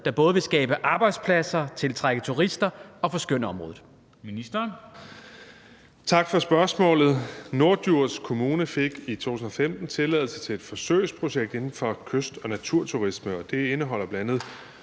der både vil skabe arbejdspladser, tiltrække turister og forskønne området?